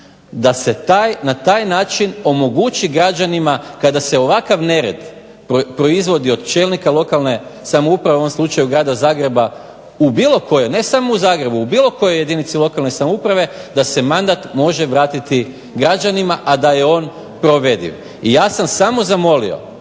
DA se na taj način omogući građanima, kada se ovakav nered provodi od čelnika lokalne samouprave u ovom slučaju grada Zagreba u bilo kojoj jedinice lokalne samouprave da se mandat može vratiti građanima, a da je on provediv. Ja sam samo zamolio